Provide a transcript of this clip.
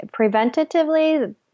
Preventatively